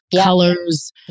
colors